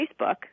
Facebook